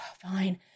fine